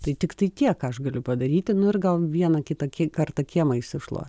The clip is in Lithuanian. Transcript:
tai tiktai tiek aš galiu padaryti nu ir gal vieną kitą ki kartą kiemą išsišluot